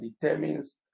determines